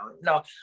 No